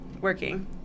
working